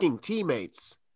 teammates